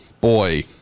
boy